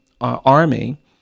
army